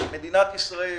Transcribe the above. מדינת ישראל